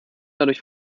dadurch